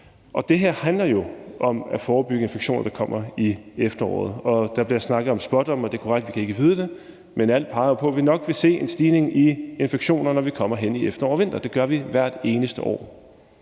Det her handler jo om at forebygge infektioner, der kommer i efteråret. Der bliver snakket om spådomme, og det er korrekt, at vi ikke kan vide det, men alt peger jo på, at vi nok vil se en stigning i infektioner, når vi kommer hen i efteråret og vinteren – det gør vi hvert eneste år.